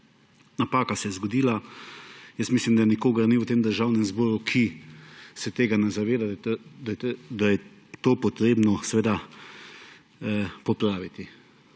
Napaka se je zgodila, mislim, da nikogar ni v Državnem zboru, ki se tega ne zaveda, da je to potrebno popraviti,